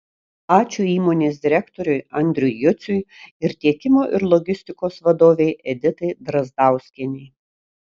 ačiū įmonės direktoriui andriui juciui ir tiekimo ir logistikos vadovei editai drazdauskienei